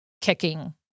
kicking